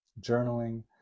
journaling